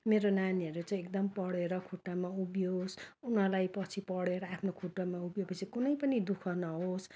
मेरो नानीहरू चाहिँ एकदम पढेर खुट्टामा उभियोस् उनीहरूलाई पछि पढेर आफ्नो खुट्टामा उभियो पछि कुनै पनि दुःख नहोस्